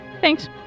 Thanks